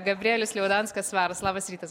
gabrielius liaudanskas svaras labas rytas